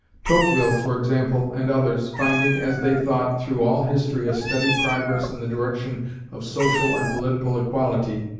tocqueville, for example, and others, finding, as they thought, through all history, a steady progress in the direction of social and political equality,